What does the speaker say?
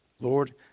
Lord